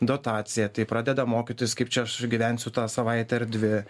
dotaciją tai pradeda mokytis kaip čia aš gyvensiu tą savaitę ar dvi